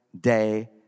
day